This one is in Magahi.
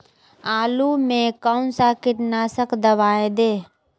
आलू में कौन सा कीटनाशक दवाएं दे?